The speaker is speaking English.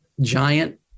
giant